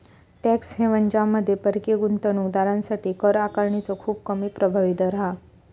tax haven ज्यामध्ये परकीय गुंतवणूक दारांसाठी कर आकारणीचो खूप कमी प्रभावी दर हा